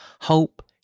hope